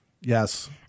yes